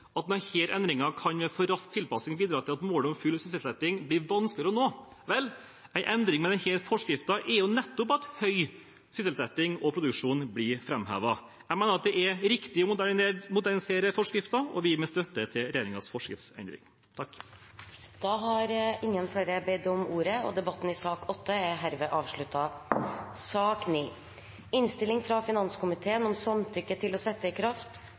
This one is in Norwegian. at denne endringen ved for rask tilpassing kan bidra til at målet om full sysselsetting blir vanskeligere å nå. Vel, en endring med denne forskriften er nettopp at høy sysselsetting og produksjon blir framhevet. Jeg mener at det er riktig å modernisere forskriften, og vil gi min støtte til regjeringens forskriftsendring. Flere har ikke bedt om ordet til sak nr. 8. Norge har inngått en avtale med EU om et administrativt samarbeid om innkreving av merverdiavgift. Avtalen ble undertegnet i